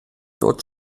dort